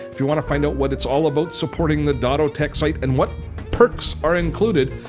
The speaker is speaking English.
if you want to find out what it's all about supporting the dottotech site and what perks are included,